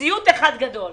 סיוט אחד גדול.